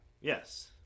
Yes